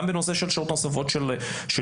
גם בנושא של שעות נוספות של עזרה?